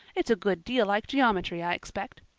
it's a good deal like geometry, i expect.